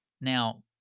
Now